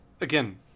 Again